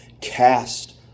cast